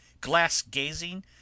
glass-gazing